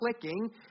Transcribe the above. clicking